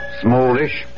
smallish